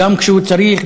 גם כשהוא צריך,